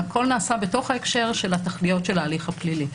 הכול נעשה בתוך ההקשר של התכליות של ההליך הפלילי.